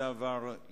תציעי